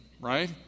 right